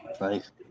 Nice